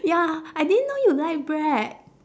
ya I didn't know you like bread